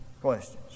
questions